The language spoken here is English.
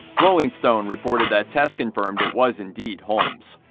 rolling stone reported that tests confirmed it was indeed holmes.